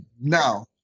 Now